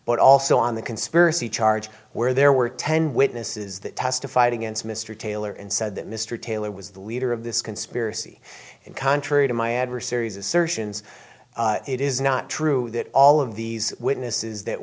but also on the conspiracy charge where there were ten witnesses that testified against mr taylor and said that mr taylor was the leader of this conspiracy and contrary to my adversaries assertions it is not true that all of these witnesses that